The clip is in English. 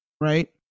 right